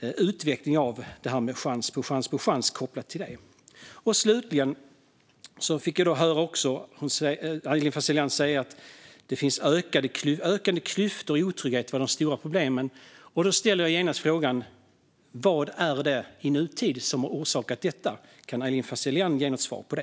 utveckla detta med chans på chans på chans kopplat till det. Slutligen fick jag höra Aylin Fazelian säga att ökande klyftor och otrygghet var de stora problemen. Då ställer jag genast frågan: Vad är det i nutid som har orsakat detta? Kan Aylin Fazelian ge något svar på det?